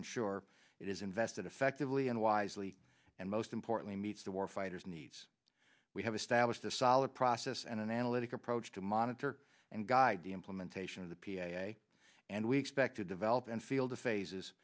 ensure it is invested effectively and wisely and most importantly meets the war fighters needs we have established a solid process and an analytic approach to monitor and guide the implementation of the p a and we expect to develop and field the phases